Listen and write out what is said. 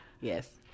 Yes